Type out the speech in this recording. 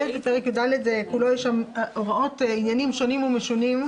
לא מעניינים אותי הימים.